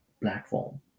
platform